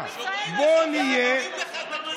חברי הכנסת מרע"ם,